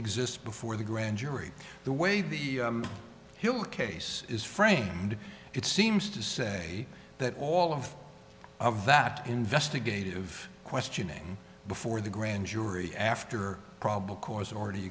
exists before the grand jury the way the hill case is framed it seems to say that all of of that investigative questioning before the grand jury after probable cause already